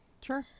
Sure